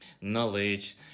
knowledge